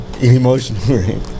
emotional